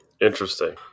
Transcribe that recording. Interesting